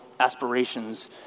aspirations